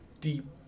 deep